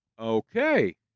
Okay